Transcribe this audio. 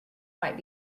might